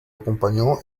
acompañó